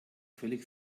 völlig